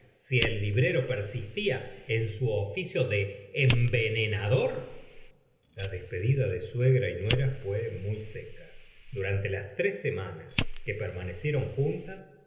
si el librero persistía en su oficio de envenenador la despedida de suegra y nuera fué muy seca durante las tres semanas que permanecieron juntas